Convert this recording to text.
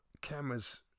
cameras